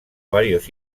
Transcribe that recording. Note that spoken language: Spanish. varios